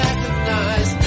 Recognize